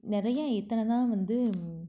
நிறையா இத்தனை தான் வந்து